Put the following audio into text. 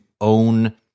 own